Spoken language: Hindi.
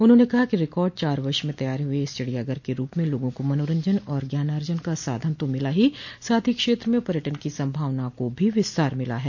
उन्होंने कहा कि रिकॉर्ड चार वर्ष में तैयार हुए इस चिड़ियाघर के रूप में लोगों को मनोरंजन और ज्ञानार्जन का साधन तो मिला ही है साथ ही क्षेत्र में पर्यटन की संभावनाओं को भी विस्तार मिला है